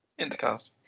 Intercast